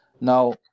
Now